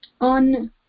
on